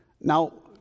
Now